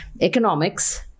economics